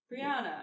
Brianna